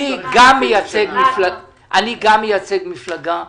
אני גם מייצג מפלגה.